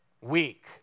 week